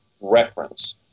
reference